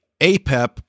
Apep